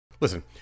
Listen